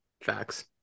Facts